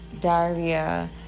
diarrhea